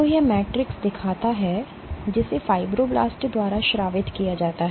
तो यह मैट्रिक्स दिखाता है जिसे फाइब्रोब्लास्ट द्वारा स्रावित किया जाता है